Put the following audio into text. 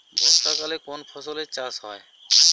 বর্ষাকালে কোন ফসলের চাষ হয়?